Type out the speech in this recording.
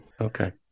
okay